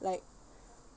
like